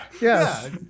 Yes